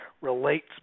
relates